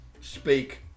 speak